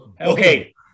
okay